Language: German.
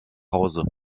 hause